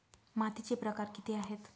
मातीचे प्रकार किती आहेत?